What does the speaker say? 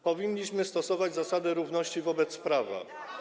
Powinniśmy stosować zasadę równości wobec prawa.